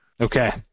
Okay